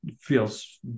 feels